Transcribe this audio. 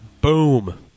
Boom